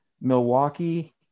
Milwaukee